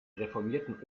reformierten